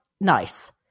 nice